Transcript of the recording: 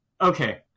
Okay